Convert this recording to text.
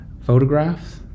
photographs